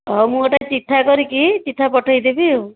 ହଉ ମୁଁ ଗୋଟେ ଚିଠା କରିକି ଚିଠା ପଠାଇଦେବି ଆଉ